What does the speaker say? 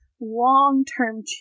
Long-term